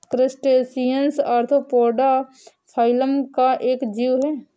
crustacean arthropoda phylum का एक जीव है